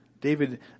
David